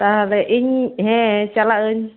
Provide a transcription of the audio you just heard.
ᱛᱟᱦᱚᱞᱮ ᱤᱧ ᱦᱮᱸ ᱪᱟᱞᱟᱜ ᱟᱹᱧ